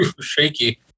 shaky